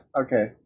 okay